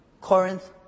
Corinth